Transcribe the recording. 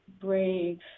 brave